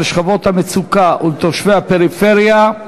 לשכבות המצוקה לתושבי הפריפריה,